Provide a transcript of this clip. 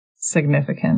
Significant